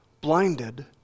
blinded